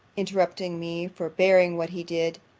interrupting me, for bearing what he did